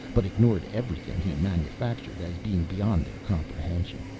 but ignored everything he manufactured as being beyond their comprehension.